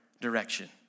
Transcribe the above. direction